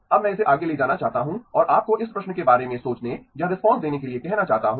अब मैं इसे आगे ले जाना चाहता हूं और आपको इस प्रश्न के बारे में सोचने या रिस्पांस देने के लिए कहना चाहता हूं